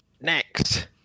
next